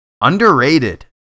Underrated